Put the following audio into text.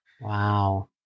Wow